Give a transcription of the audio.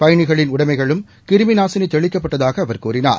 பயணிகளின் உடைமைகளும் கிருமி நாசினி தெளிக்கப்பட்டதாக அவர் கூறினார்